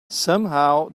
somehow